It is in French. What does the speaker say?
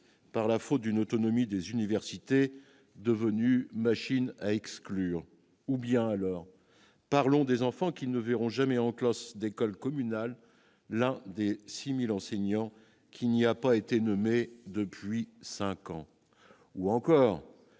par la faute d'une autonomie des universités, devenue une machine à exclure ou bien alors parlons des enfants qui ne verront jamais en classe d'école communale la dès 6000 enseignants qu'il n'y a pas été nommé depuis 5 ans, ou encore